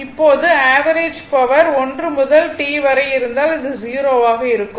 இப்போது average power 1 முதல் T வரை இருந்தால் அது 0 ஆக இருக்கும்